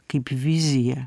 kaip viziją